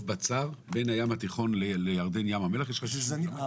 בין הים התיכון לירדן, ים המלח יש לך 60 קילומטר.